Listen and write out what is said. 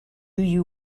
you